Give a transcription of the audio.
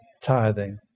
tithing